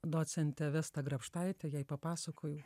docentę vestą grabštaitę jai papasakojau